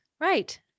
Right